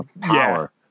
power